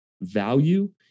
value